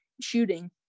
shooting